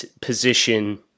position